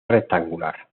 rectangular